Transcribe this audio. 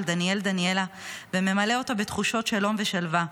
דניאל דניאלה וממלא אותה בתחושת שלום ושלווה.